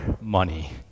money